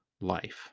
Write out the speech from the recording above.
life